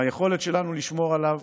היכולת שלנו לשמור עליו